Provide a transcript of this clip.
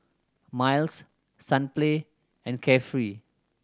Miles Sunplay and Carefree